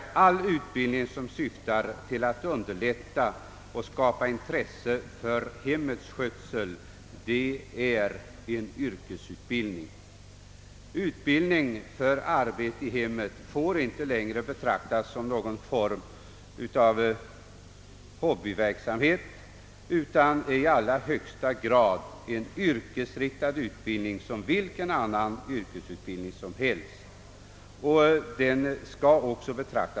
All utbildning som syftar till att underlätta och skapa intresse för hemmets skötsel måste hänföras till yrkesutbildning. Utbildning för arbete i hemmet får inte längre betraktas som någon form av hobbyverksamhet. Den är i lika hög grad en yrkesinriktad utbildning som vilken annan yrkesutbildning som helst.